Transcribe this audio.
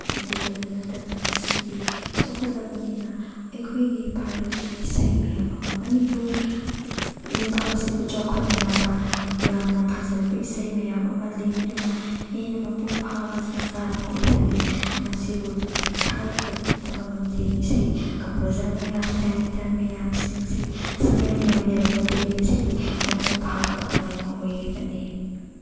ꯑꯗꯨꯗꯇ ꯅꯠꯇꯅ ꯉꯁꯤꯗꯤ ꯆꯥꯎꯈꯠꯂꯕꯅꯤꯅ ꯑꯩꯈꯣꯏꯒꯤ ꯚꯥꯔꯠꯀꯤ ꯏꯁꯩ ꯃꯌꯥꯝ ꯑꯃ ꯃꯅꯤꯄꯨꯔ ꯂꯩꯕꯥꯛ ꯑꯁꯤꯕꯨ ꯀꯥꯎꯈꯠꯅꯅꯕ ꯌꯥꯝꯅ ꯐꯖꯔꯕ ꯏꯁꯩ ꯃꯌꯥꯝ ꯑꯃ ꯂꯦꯡꯗꯨꯅ ꯍꯦꯟꯅ ꯃꯄꯨꯡ ꯐꯥꯕ ꯁꯪꯁꯥꯔ ꯑꯃ ꯑꯣꯏꯍꯜꯂꯤ ꯃꯁꯤꯕꯨ ꯊꯥꯒꯠꯄꯇꯕ ꯉꯝꯗꯦ ꯏꯁꯩ ꯀꯝꯄꯣꯖꯔ ꯃꯌꯥꯝ ꯗꯥꯏꯔꯦꯛꯇꯔ ꯃꯌꯥꯝꯁꯤꯡꯁꯤ ꯁꯤꯡꯒꯔ ꯃꯌꯥꯝ ꯂꯩꯔꯝꯕꯗꯒꯤ ꯉꯁꯤꯗꯤ ꯃꯄꯨꯡ ꯐꯥꯕ ꯈꯨꯅꯥꯏ ꯑꯃ ꯑꯣꯏꯔꯤꯕꯅꯤ